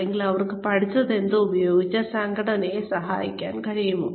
അല്ലെങ്കിൽ അവർക്ക് അവർ പഠിച്ചതെന്തും ഉപയോഗിച്ച് സംഘടനയെ സഹായിക്കാൻ കഴിയുമോ